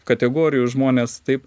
kategorijų žmonės taip